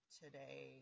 today